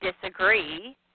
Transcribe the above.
disagree